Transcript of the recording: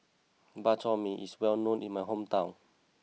Bak Chor Mee is well known in my hometown